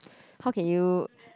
how can you